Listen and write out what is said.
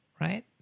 right